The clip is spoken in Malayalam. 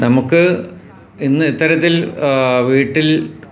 നമുക്ക് ഇന്നിത്തരത്തിൽ വീട്ടിൽ